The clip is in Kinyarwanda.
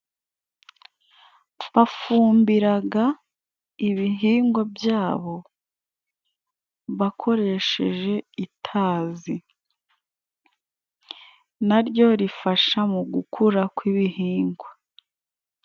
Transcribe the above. Bafumbiraga ibihingwa byabo, bakoresheje itazi, na ryo rifasha mu gukura kw'ibihingwa.